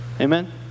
Amen